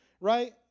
Right